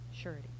surety